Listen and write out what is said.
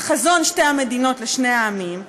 חזון שתי המדינות לשני העמים,